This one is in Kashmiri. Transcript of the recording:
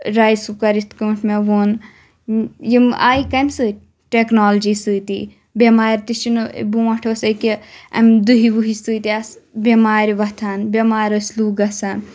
رایِس کُکَر یِتھ کٲٹھۍ مےٚ ووٚن یِم آیہِ کمہِ سٟتۍ ٹؠکنالجِی سٟتی بؠمارِ تہِ چھنہٕ برٛونٛٹھ ٲس أکیٛاہ دُہہِ وُہہِ سٟتۍ آسہٕ بؠمارِ وۄتھان بؠمار ٲسۍ لوٗکھ گَژھان